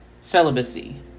celibacy